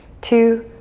two,